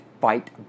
fight